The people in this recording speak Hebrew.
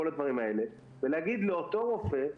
להגיד לאותו רופא,